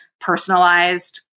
personalized